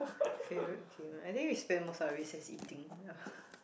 favourite I think we spend most of our recess eating ya